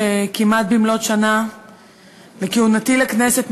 שכמעט במלאות שנה לכהונתי בכנסת,